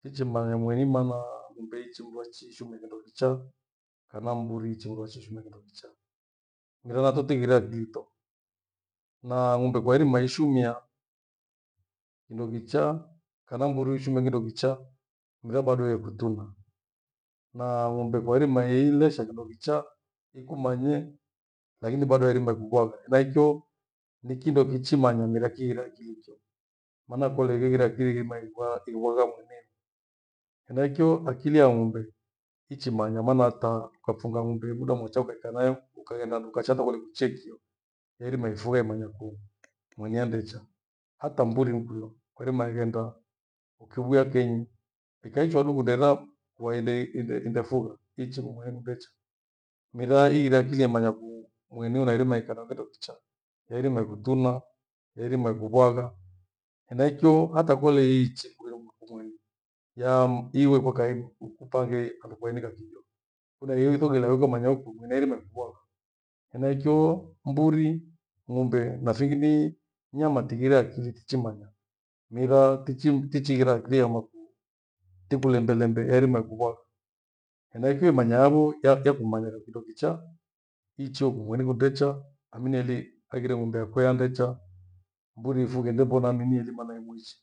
Fichimanya mweni maana ng'ombe iichi mndu achiishimia kindo kichaa kana mburi iichi mndu achiishumia kindo kicha. Mera nato tighire jito na ng'ombe kwa irima ishumia, kindo kichaa kana mburi ishumia kindo kichaa mera bado iyekutuna. Na ng'ombe kwa irima iilesha kindokichaa, ikumanye lakini bado erima ikuvyaghae. Henaicho ni kindo kichimanya mera kighire akilicho, maana kole igheghire akili igheirima igwa vyagha mweneyo. Henachaicho akili ya ng'ombe ichimanya maana ataa ukaphunga ng'ombe muda mwecha ukaikaanayo ukaghenda handu hata kole kuchie kio yairima ifugha imanyaku mweni andecha. Hata mburi nikwiyo kwairima ighenda ukivia kenyi ikaichwa du kunderera bwanga indefunga iichi kumweni kundecha. Mira iriye akili amanya kumweni unairima kindo kicha, yairima kindo kutuma, yairima ikugwagha. Henaichio hatakole iichi iwe kumweni yaa iwe kwa kaiybu upange handu kwainika kijo. Unaithogela athumanya hukwi mineirima mbwanga, enaikyo mburi, ng'ombe na thingini nyama tingire nachimanya. Mira tichi. tichi kirima lembe lembe erima ikubwaa enaikyio imanya ambu ya kumanya kindo kichaa icho imakundecha amineli kwea ndecha mburi yefunghie ndepo lamenyi inayeirima ichi